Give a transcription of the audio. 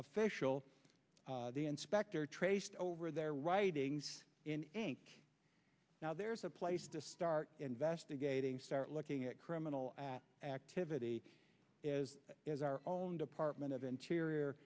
official the inspector traced over their writings in ink now there's a place to start investigating start looking at criminal activity as our own department of interior